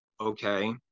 okay